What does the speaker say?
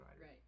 Right